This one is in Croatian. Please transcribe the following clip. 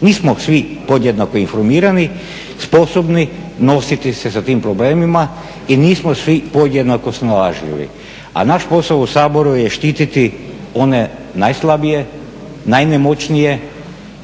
Nismo svi podjednako informirani, sposobni nositi se sa tim problemima i nismo svi podjednako snalažljivi. A naš posao u Saboru je štititi one najslabije, najnemoćnije